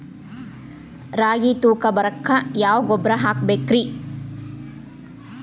ರಾಗಿ ತೂಕ ಬರಕ್ಕ ಯಾವ ಗೊಬ್ಬರ ಹಾಕಬೇಕ್ರಿ?